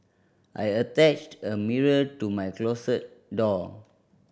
I attached a mirror to my closet door